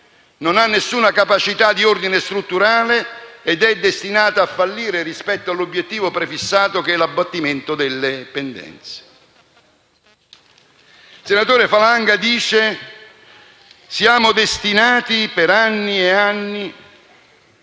non ha nessuna capacità di ordine strutturale ed è destinata a fallire rispetto all'obiettivo prefissato, che è l'abbattimento delle pendenze. Il senatore Falanga dice che siamo destinati, per anni e anni,